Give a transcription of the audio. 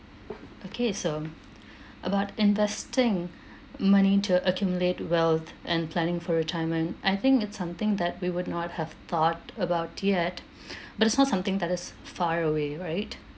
okay so about investing money to accumulate wealth and planning for retirement I think it's something that we would not have thought about yet but it's not something that is far away right